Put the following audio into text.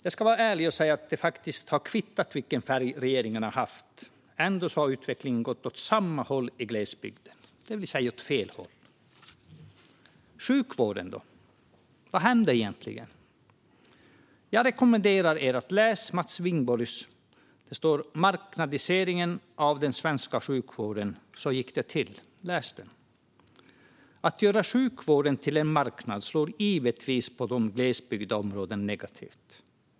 Jag ska vara ärlig och säga att det faktiskt har kvittat vilken färg regeringarna har haft, för utvecklingen har gått åt samma håll i glesbygden, det vill säga åt fel håll. Sjukvården då? Vad hände egentligen? Jag rekommenderar er att läsa Mats Wingborgs Marknadiseringen av den svenska sjukvården - så gick det till . Att göra sjukvården till en marknad slår givetvis negativt i de glesbebyggda områdena.